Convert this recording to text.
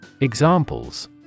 Examples